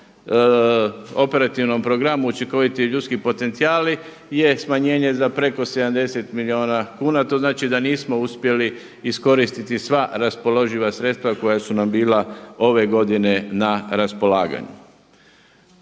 operativnom programu učinkoviti ljudski potencijali je smanjenje za preko 70 milijuna kuna to znači da nismo uspjeli iskoristiti sva raspoloživa sredstva koja su nam bila ove godine na raspolaganju.